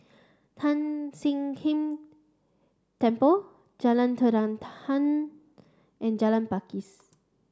Tan Sian King Temple Jalan Terentang and Jalan Pakis